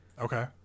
okay